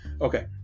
okay